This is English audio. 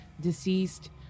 deceased